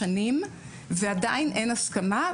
שנים ועדיין אין הסכמה,